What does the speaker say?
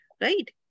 Right